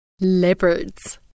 leopards